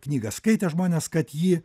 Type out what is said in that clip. knygą skaitę žmonės kad ji